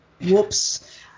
Whoops